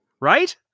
right